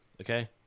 okay